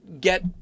get